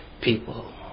people